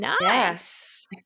Nice